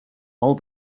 all